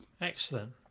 Excellent